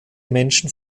menschen